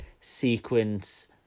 sequence